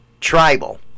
tribal